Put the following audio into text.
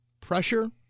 pressure